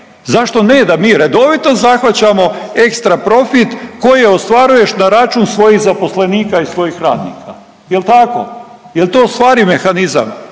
Zašto ne da mi redovito zahvaćamo ekstra profit koji ostvaruješ na račun svojih zaposlenika i svojih radnika jel tako? jel to ostvariv mehanizam?